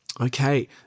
Okay